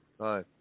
hi